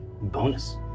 Bonus